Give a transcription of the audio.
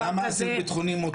ולמה אסיר ביטחוני מותר?